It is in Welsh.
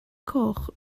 coch